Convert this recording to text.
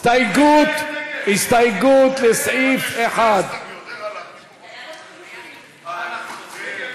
הסתייגות לסעיף 1, לנו יש יותר הסתייגויות.